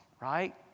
right